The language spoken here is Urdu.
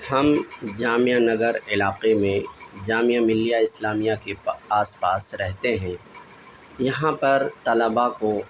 ہم جامعہ نگر علاقے میں جامعہ ملیہ اسلامیہ کے پا آس پاس رہتے ہیں یہاں پر طلبا کو